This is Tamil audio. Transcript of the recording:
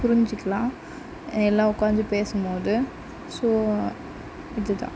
புரிஞ்சிக்கலாம் எல்லாம் உக்காந்து பேசும்போது ஸோ இதுதான்